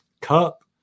Cup